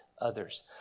others